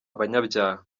abanyabyaha